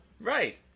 right